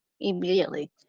immediately